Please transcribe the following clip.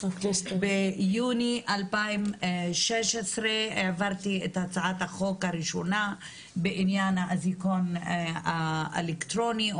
ביוני 2016 העברתי את הצעת החוק הראשונה בעניין האזיקון האלקטרוני,